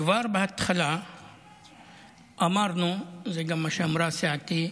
כבר בהתחלה אמרנו, זה גם מה שאמרה סיעתי,